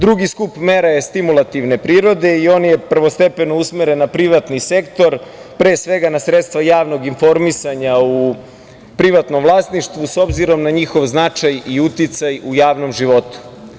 Drugi skup mera je stimulativne prirode i on je prvostepeno usmeren na privatni sektor, pre svega na sredstva javnog informisanja u privatnom vlasništvu, s obzirom na njihov značaj i uticaj u javnom životu.